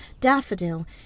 Daffodil